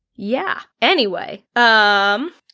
yeah. anyway, um,